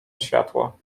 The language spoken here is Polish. światło